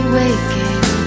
waking